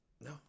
No